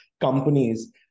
companies